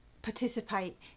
participate